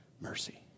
mercy